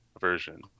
version